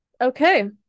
Okay